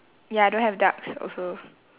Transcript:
ya I don't have ducks also